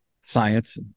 science